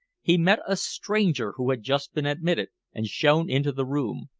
he met a stranger who had just been admitted and shown into the room.